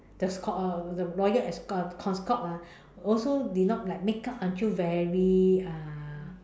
the scho~ uh the lawyer escort uh consort ah also did not like makeup until very uh